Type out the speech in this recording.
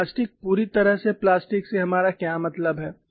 elastic पूरी तरह से प्लास्टिक से हमारा क्या मतलब है